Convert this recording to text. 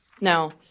Now